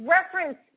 Reference